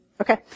Okay